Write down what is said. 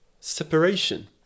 separation